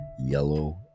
yellow